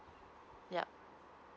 yup